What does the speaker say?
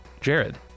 Jared